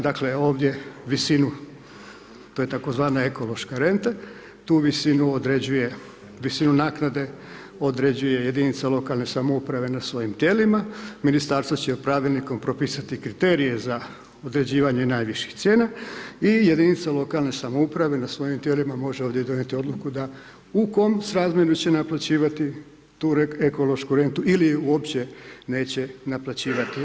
Dakle, ovdje visinu to je tzv. ekološka renta, tu visinu određuje, visinu naknade određuje jedinica lokalne samouprave na svojim tijelima, ministarstvo će pravilnikom propisati kriterije za određivanje najviših cijena i jedinica lokalne samouprave na svojim tijelima može ovdje donijeti odluku da u kom srazmjeru će naplaćivati tu ekološku rentu ili ju uopće ne naplaćivati.